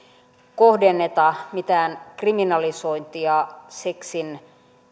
kohdenneta mitään kriminalisointia seksin